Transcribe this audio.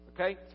Okay